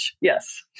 Yes